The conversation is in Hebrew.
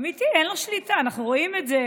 אמיתי, אין לו שליטה, אנחנו רואים את זה